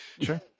Sure